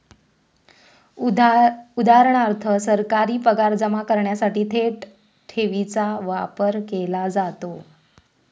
उदा.सरकारी पगार जमा करण्यासाठी थेट ठेवीचा वापर केला जातो